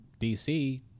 DC